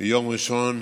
ביום ראשון